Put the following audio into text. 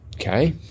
Okay